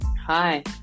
Hi